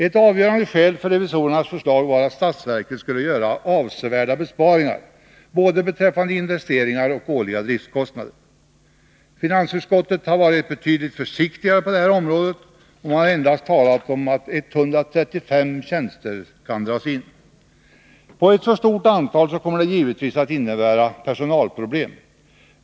Ett avgörande skäl för revisorernas förslag var att statsverket skulle göra avsevärda besparingar beträffande både investeringar och årliga driftkostnader. Finansutskottet har varit betydligt försiktigare på det området och endast talat om att 135 tjänster kan dras in. Ett så stort antal kommer givetvis att innebära personalproblem.